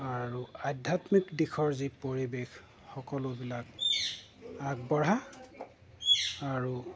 আৰু আধ্যাত্মিক দিশৰ যি পৰিৱেশ সকলোবিলাক আগবঢ়া আৰু